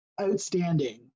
outstanding